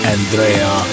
Andrea